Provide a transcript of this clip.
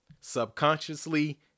Subconsciously